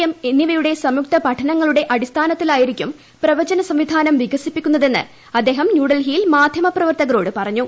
M എന്നിവയുടെ സംയുക്ത പഠനങ്ങളുടെ അടിസ്ഥാന ത്തിലായിരിക്കും പ്രവചന സംവിധാനം വികസിപ്പിക്കുന്നതെന്ന് അദ്ദേഹം ന്യൂഡൽഹിയിൽ മാധ്യമപ്രവർത്തകരോട് പറഞ്ഞു